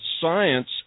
science